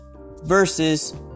versus